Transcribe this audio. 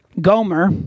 Gomer